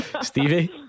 Stevie